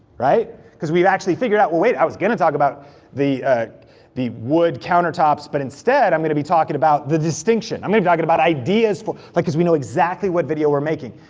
right? cause we've actually figured out well wait, i was gonna talk about the the wood countertops but instead, i'm gonna be talking about the distinction. i'm gonna be talking about ideas for, like, cause we know exactly what video we're making.